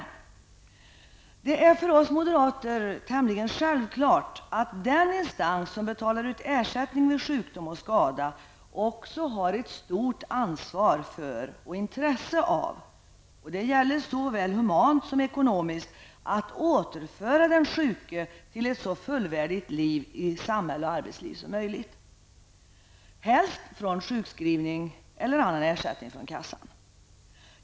Det är för oss moderater tämligen självklart att den instans som betalar ut ersättning vid sjukdom och skada också har ett stort ansvar för och intresse av, såväl av humanitära som ekonomiska skäl, att återföra den sjuke till ett så fullvärdigt liv som möjligt i samhälle och arbetsliv, helst utan sjukskrivning eller annan ersättning från kassan.